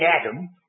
Adam